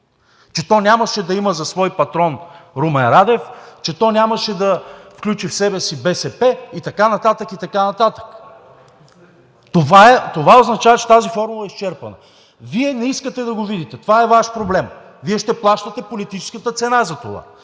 че то нямаше да има за свой патрон Румен Радев, че то нямаше да включи в себе си БСП и така нататък, и така нататък. Това означава, че тази формула е изчерпана. Вие не искате да го видите – това е Ваш проблем. Вие ще плащате политическата цена за това,